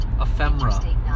ephemera